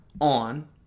on